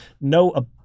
no